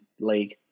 league